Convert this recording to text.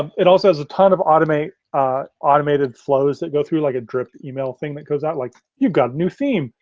um it also has a ton of automated ah automated flows that go through, like a drip email thing that goes out, like, you've got new theme.